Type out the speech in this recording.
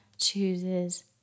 chooses